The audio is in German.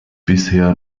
bisher